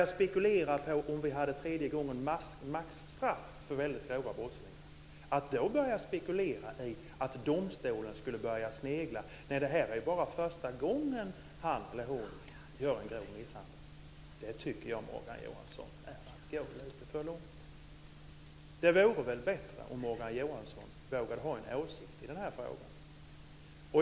Att spekulera över att domstolen vid maxstraff för tredjefall skulle snegla på om det bara är första gången som någon begår grov misshandel tycker jag är att gå lite för långt, Morgan Johansson. Det vore väl bättre om Morgan Johansson vågade ha en åsikt i den här frågan.